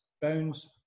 bones